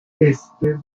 este